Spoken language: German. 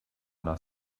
nach